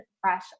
fresh